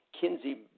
Kinsey